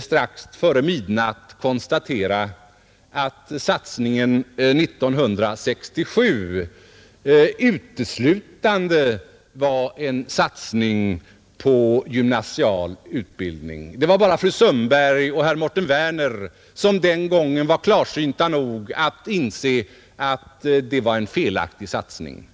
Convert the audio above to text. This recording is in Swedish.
strax före midnatt konstatera att satsningen 1967 uteslutande var en satsning på gymnasial utbildning och att det var bara fru Sundberg och herr Mårten Werner som den gången var klarsynta nog att inse att det var en felaktig satsning.